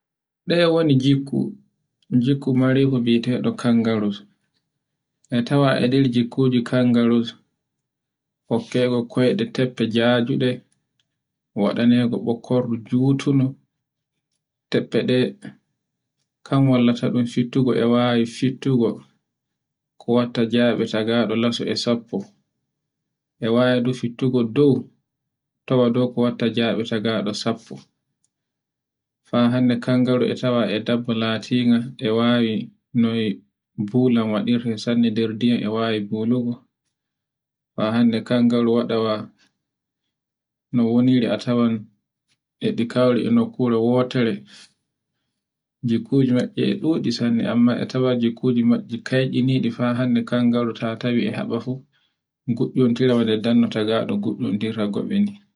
Ɗe woni gikku, gikku marego ngieteɗo kangaroo. E tawa e nder gikkuji kangaroos, hokkege koyɗe teffe jajuɗe, waɗego ɓokkordo jutuno. Teffe ɗe kan wollatu ɗun fittugo e wawi fittugo ko watta jabe tagaɗo lata e sappo. E wawi fittugol dow tawa dow ko watta jaɓe tagaɗo sappo. Fa hannde kangaroo e tawa e dabba latinga e wawi noye bulan waɗirte sanne nder diyam e wawi bologo. Fa hannde kangaro waɗa no woniri a tawan e ɗi kauri e nokkure wotere, jikkuji maɗɗe e ɗuɗi sanne, amma e tawan jikkuji maɗɗe kayɗinyiɗi fa hande kangaroos ta tawi e haɓa fu ngu'intira bano danyo tagaɗo ngi'intirta goɓe ni.